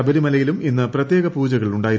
ശബരിമലയിലും ഇന്ന് പ്രത്യേക പൂജകൾ ഉണ്ടായിരുന്നു